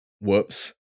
whoops